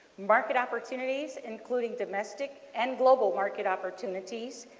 market opportunities including domestic and global market opportunities,